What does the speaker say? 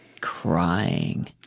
crying